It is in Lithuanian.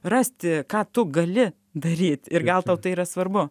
rasti ką tu gali daryt ir gal tau tai yra svarbu